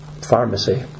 Pharmacy